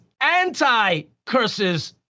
anti-curses